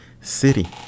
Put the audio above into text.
city